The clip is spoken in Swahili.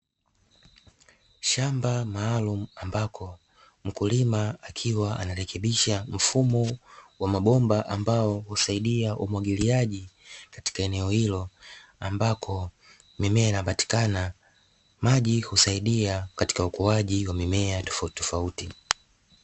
Shamba maalumu ambapo mkulima akiwa anarekebisha mfumo wa mabomba, ambao husaidia umwagiliaji katika eneo hilo, ambako mimea inapatikana maji husaidia katika ukuaji wa mimea tofauti tofauti.